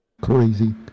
crazy